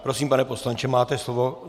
Prosím, pane poslanče, máte slovo.